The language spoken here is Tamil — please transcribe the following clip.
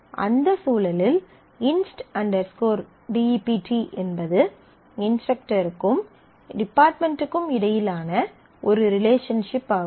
அந்த சூழலில் இன்ஸ்ட் டெப்ட் inst dept என்பது இன்ஸ்டரக்டருக்கும் டிபார்ட்மென்ட்க்கும் இடையிலான ஒரு ரிலேஷன்ஷிப் ஆகும்